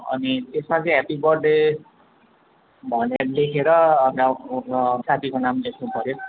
अनि त्यसमा चाहिँ ह्याप्पी बर्थडे भनेर लेखेर गाउँको साथीको नाम लेख्नुपऱ्यो